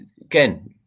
again